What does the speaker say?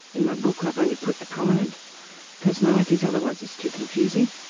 in my book i've only put the prominent personalities, otherwise it's too confusing.